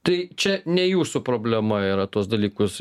tai čia ne jūsų problema yra tuos dalykus